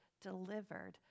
delivered